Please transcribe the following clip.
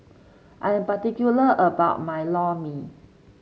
I am particular about my Lor Mee